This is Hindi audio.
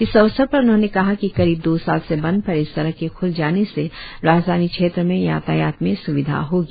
इस अवसर पर उन्होंने कहा कि करीब दो साल से बंद पड़े इस सड़क के ख्ल जाने से राजधानी क्षेत्र में यातायात में स्विधा होगी